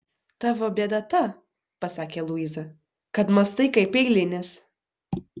tavo bėda ta pasakė luiza kad mąstai kaip eilinis